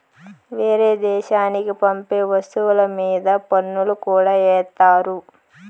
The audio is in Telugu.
వేరే దేశాలకి పంపే వస్తువుల మీద పన్నులు కూడా ఏత్తారు